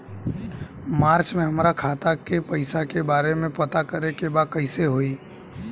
मार्च में हमरा खाता के पैसा के बारे में पता करे के बा कइसे होई?